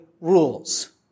rules